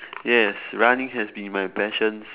yes running has been my passion